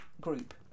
group